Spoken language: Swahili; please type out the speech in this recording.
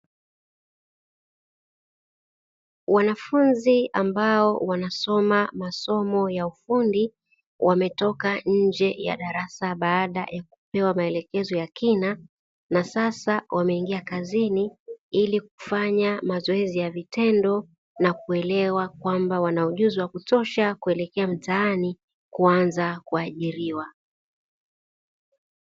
Wanafunzi ambao wanasoma masomo ya ufundi wametoka nje ya darasa baada ya kupewa maelekezo ya kina, na sasa wameingia kazini ilikufanya mazoezi ya vitendo na kuelewa kwamba wanaujuzi wakutosha kuelekea mtaani kuanza kuajiriwa.